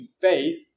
faith